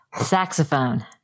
saxophone